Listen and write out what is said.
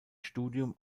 studium